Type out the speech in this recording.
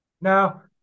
Now